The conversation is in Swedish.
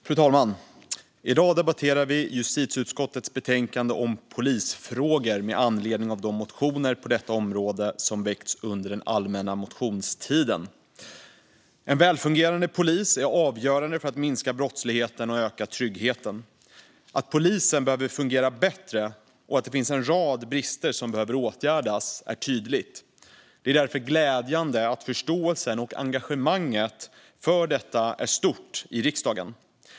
Fru talman! Vi ska nu debattera justitieutskottets betänkande om polisfrågor med anledning av de motioner som väckts på detta område under den allmänna motionstiden. Ett välfungerande polisväsen är avgörande för att minska brottsligheten och öka tryggheten. Att polisen behöver fungera bättre och att det finns en rad brister som behöver åtgärdas är tydligt. Det är därför glädjande att förståelsen och engagemanget för detta är stort i riksdagen.